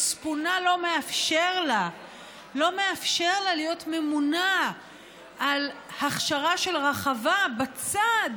מצפונה לא מאפשר לה להיות ממונה על הכשרה של רחבה בצד,